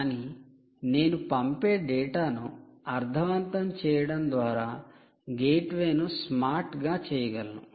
కానీ నేను పంపే డేటాను అర్ధవంతం చేయడం ద్వారా గేట్వే ను స్మార్ట్ గా చేయగలను